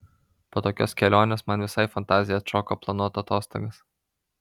po tokios kelionės man visai fantazija atšoko planuot atostogas